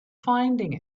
finding